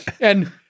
And-